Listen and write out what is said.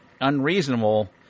unreasonable